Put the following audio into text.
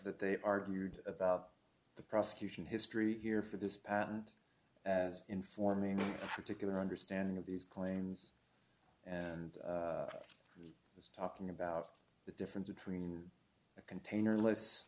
that they argued about the prosecution history here for this patent as informing the particular understanding of these claims and was talking about the difference between a container less